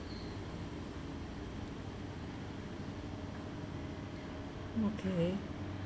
okay